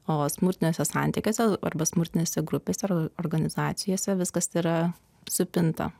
o smurtiniuose santykiuose arba smurtinėse grupės ar organizacijose viskas yra supinta